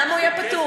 למה הוא יהיה פטור?